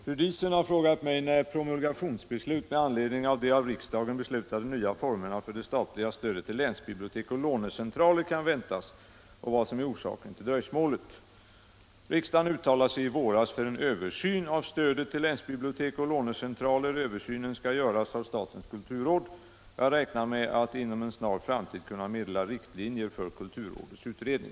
Herr talman! Fru Diesen har frågat mig när promulgationsbeslut med anledning av de av riksdagen beslutade nya formerna för det statliga stödet till länsbibliotek och lånecentraler kan väntas och vad som är orsaken till dröjsmålet. Riksdagen uttalade sig i våras för en översyn av stödet till länsbibliotek och lånecentraler. Översynen skall göras av statens kulturråd. Jag räknar med att inom en snar framtid kunna meddela riktlinjer för kulturrådets utredning.